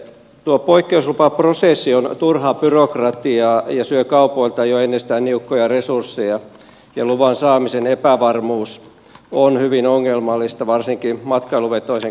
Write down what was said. tuo poikkeuslupaprosessi on turhaa byrokratiaa ja syö kaupoilta jo ennestään niukkoja resursseja ja luvan saamisen epävarmuus on hyvin ongelmallista varsinkin matkailuvetoisen kaupankäynnin kohdalla